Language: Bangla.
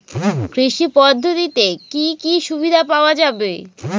কৃষি পদ্ধতিতে কি কি সুবিধা পাওয়া যাবে?